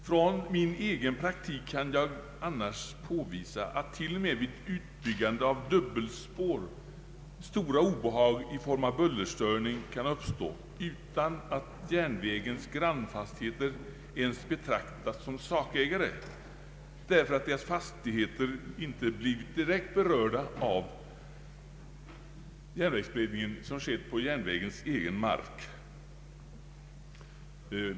Från min egen praktik kan jag annars påvisa, att t.o.m. vid utbyggande av dubbelspår stora obehag i form av bullerstörning kan uppstå utan att järnvägens grannfastigheter ens betraktats som sakägare, därför att dessa fastigheter inte ansågs direkt berörda av järnvägsbreddningen som utfördes på järnvägens egen mark.